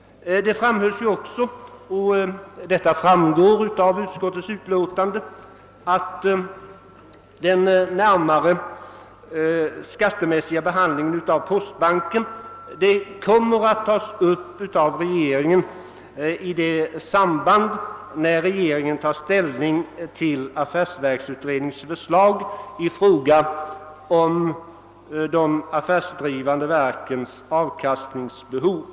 Det framhölls också — vilket framgår av utskottets utlåtande — att den närmare skattemässiga behandlingen av postbanken kommer att tas upp av regeringen i samband med ställningstagandet till affärsverksutredningens förslag rörande de affärsdrivande verkens avkastningsbehov.